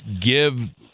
give